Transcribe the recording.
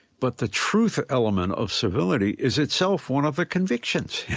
but the truth element of civility is itself one of the convictions.